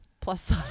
plus